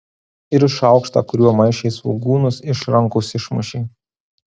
ir šaukštą kuriuo maišė svogūnus iš rankos išmušė